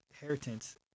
inheritance